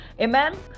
amen